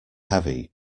heavy